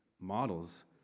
models